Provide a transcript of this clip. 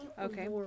Okay